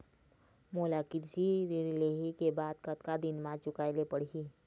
मोला कृषि ऋण लेहे के बाद कतका दिन मा चुकाए ले पड़ही?